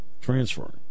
transferring